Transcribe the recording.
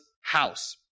house